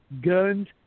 guns